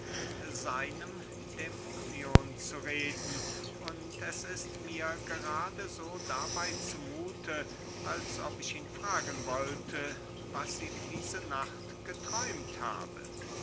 seinem dämonion zu reden und es ist mir gerade so dabey zu muthe als ob ich ihn fragen wollte was ihm diese nacht geträumt habe